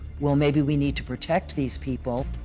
well, maybe we need to protect these people.